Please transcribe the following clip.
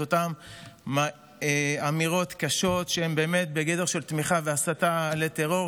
את אותן אמירות קשות שהן באמת בגדר תמיכה והסתה לטרור.